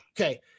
Okay